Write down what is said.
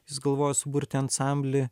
jis galvojo suburti ansamblį